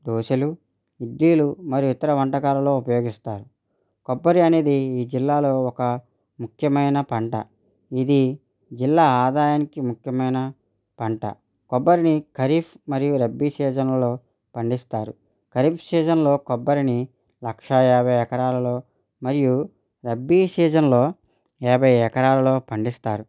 దోసెలు ఇడ్లీలు మరియు ఇతర వంటకాలలో ఉపయోగిస్తారు కొబ్బరి అనేది ఈ జిల్లాలో ఒక ముఖ్యమైన పంట ఇది జిల్లా ఆదాయానికి ముఖ్యమైన పంట కొబ్బరిని ఖరీఫ్ మరియు రబ్బీ సీజన్లలో పండిస్తారు ఖరీఫ్ సీజన్లో కొబ్బరిని లక్ష ఏభై ఎకరాలలో మరియు రబ్బీ సీజన్లో యాభై ఎకరాలలో పండిస్తారు